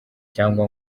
cyangwa